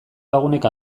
lagunek